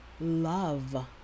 love